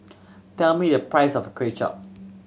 tell me the price of Kway Chap